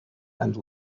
and